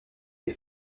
des